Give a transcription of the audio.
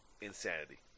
insanity